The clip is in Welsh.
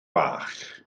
bach